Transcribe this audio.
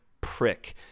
prick